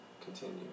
Continue